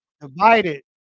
divided